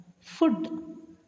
Food